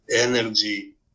energy